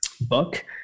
book